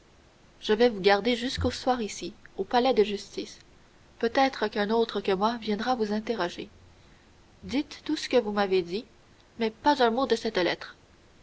je vais vous garder jusqu'au soir ici au palais de justice peut-être qu'un autre que moi viendra vous interroger dites tout ce que vous m'avez dit mais pas un mot de cette lettre